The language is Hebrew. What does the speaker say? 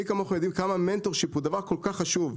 מי כמוכם יודעים כמה Mentorship הוא דבר כל כך חשוב,